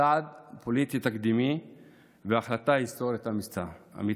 צעד פוליטי תקדימי והחלטה היסטורית אמיצה.